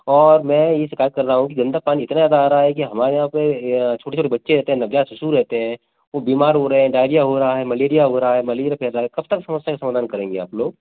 और मैं ये शिकायत कर रहा हूँ कि गंदा पानी इतना ज्यादा आ रहा है कि हमारे यहाँ पर छोटे छोटे बच्चे रहते हैं नवजात शिशु रहते हैं वो बीमार हो रहे हैं डायरिया हो रहा है मलेरिया हो रहा है मलेरिया पैदा है कब तक समस्या का समाधान करेंगी आप लोग